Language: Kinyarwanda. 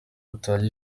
yataye